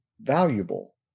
valuable